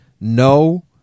no